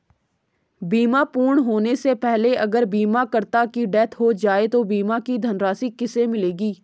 बीमा पूर्ण होने से पहले अगर बीमा करता की डेथ हो जाए तो बीमा की धनराशि किसे मिलेगी?